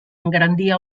engrandia